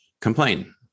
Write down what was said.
complain